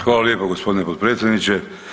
Hvala lijepa gospodine potpredsjedniče.